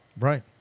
Right